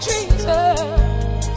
Jesus